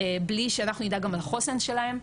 בלי שאנחנו נדע גם על החוסן שלהם,